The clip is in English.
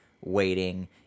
waiting